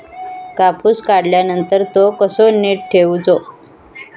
कापूस काढल्यानंतर तो कसो नीट ठेवूचो?